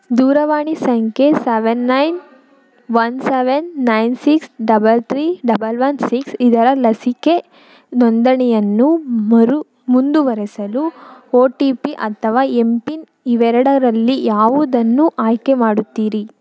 ದೂರವಾಣಿ ಸಂಖ್ಯೆ seven nine one seven nine six double three double one six ಇದರ ಲಸಿಕೆ ನೋಂದಣಿಯನ್ನು ಮರು ಮುಂದುವರಿಸಲು ಓ ಟಿ ಪಿ ಅಥವಾ ಎಮ್ ಪಿನ್ ಇವೆರಡರಲ್ಲಿ ಯಾವುದನ್ನು ಆಯ್ಕೆ ಮಾಡುತ್ತೀರಿ